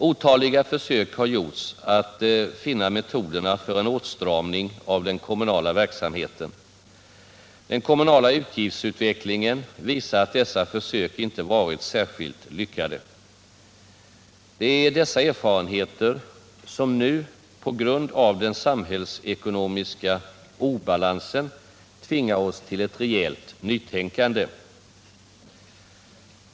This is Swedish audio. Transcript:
Otaliga försök har gjorts att finna metoderna för en åtstramning av den kommunala verksamheten. Den kommunala utgiftsutvecklingen visar att dessa försök inte varit särskilt lyckade. Det är dessa erfarenheter som nu på grund av den samhällsekonomiska obalansen tvingar oss till ett rejält nytänkande.